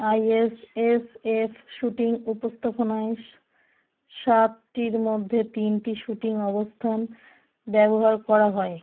ISSF shooting উপস্থাপনায় সো সাতটির মধ্যে তিনটি শ্যুটিং অবস্থান ব্যবহার করা হয়